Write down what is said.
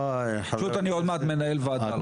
פשוט אני עוד מעט מנהל ועדה.